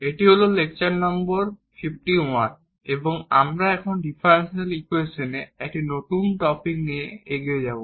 এটি হল lecture number 51 এবং আমরা এখন ডিফারেনশিয়াল ইকুয়েশনে একটি নতুন টপিক নিয়ে এগিয়ে যাব